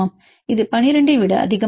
இது 12 ஐ விட அதிகமாக உள்ளது